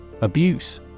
Abuse